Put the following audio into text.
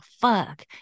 fuck